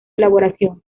elaboración